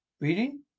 reading